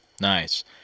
Nice